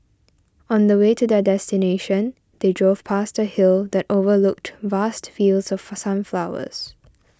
on the way to their destination they drove past a hill that overlooked vast fields of sunflowers